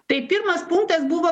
tai pirmas punktas buvo